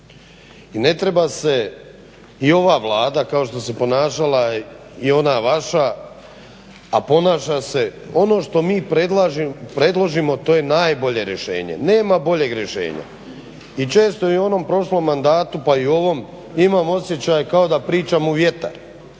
i ne treba se i ova Vlada kao što se ponašala i ona vaša, a ponaša se ono što mi predložimo to je najbolje rješenje, nema boljeg rješenja. I često i u onom prošlom mandatu pa i u ovom imam osjećaj kao da pričam u vjetar